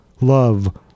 love